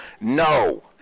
No